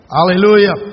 Hallelujah